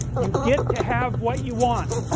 you get to have what you want